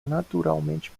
naturalmente